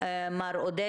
לאור מגפה